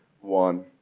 one